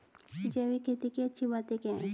जैविक खेती की अच्छी बातें क्या हैं?